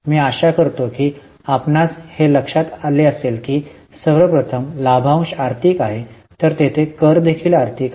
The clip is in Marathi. मी आशा करतो की आपणास हे लक्षात असेल की सर्व प्रथम लाभांश आर्थिक आहे तर तेथे कर देखील आर्थिक आहे